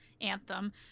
Anthem